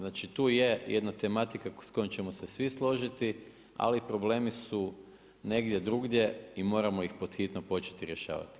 Znači tu je jedna tematika s kojom ćemo se svi složiti, ali problemi su negdje drugdje i moramo ih pod hitno početi rješavati.